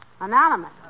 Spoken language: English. Anonymous